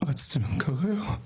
רצתי למקרר,